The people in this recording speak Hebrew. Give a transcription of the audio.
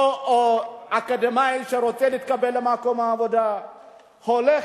אותו אקדמאי שרוצה להתקבל למקום העבודה הולך,